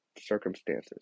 circumstances